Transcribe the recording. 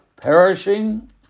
perishing